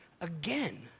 again